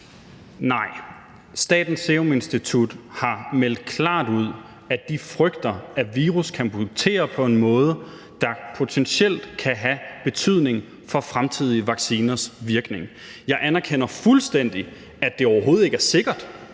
Nej. Statens Serum Institut har meldt klart ud, at de frygter, at virus kan mutere på en måde, der potentielt kan have betydning for fremtidige vacciners virkning. Jeg anerkender fuldstændig, at det overhovedet ikke er sikkert,